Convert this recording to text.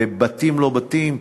בבתים לא בתים,